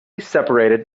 separated